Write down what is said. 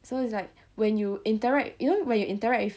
so it's like when you interact you know when you interact with